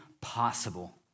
possible